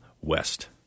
West